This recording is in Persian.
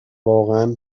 واقعا